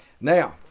now